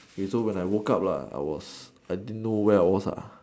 okay so when I woke up lah I was I didn't know where I was lah